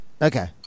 Okay